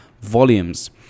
volumes